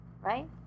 right